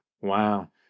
Wow